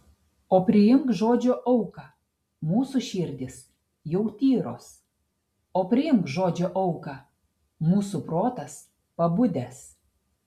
o priimk žodžio auką mūsų širdys jau tyros o priimk žodžio auką mūsų protas pabudęs